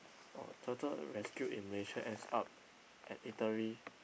oh turtle rescued in Malaysia ends up eatery